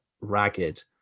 ragged